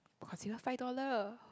but consider five dollar